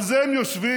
על זה הם יושבים.